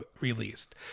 released